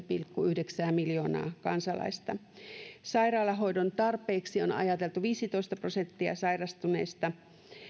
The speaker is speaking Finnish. pilkku yhdeksän miljoonaa kansalaista sairaalahoidon tarpeeksi on ajateltu viisitoista prosenttia sairastuneista